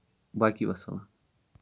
باقٕے وَسلام